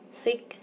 thick